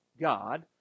God